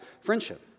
friendship